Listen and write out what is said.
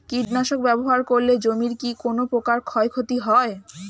কীটনাশক ব্যাবহার করলে জমির কী কোন প্রকার ক্ষয় ক্ষতি হয়?